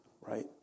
right